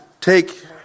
take